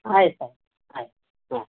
ಆಯಿತು ಆಯ್ತು ಹಾಂ